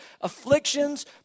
afflictions